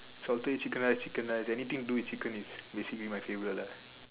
salted egg chicken rice chicken rice anything do with chicken is basically my favourite lah